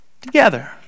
together